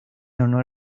honor